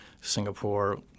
Singapore